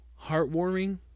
heartwarming